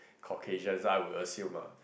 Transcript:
Caucasians ah I would assume ah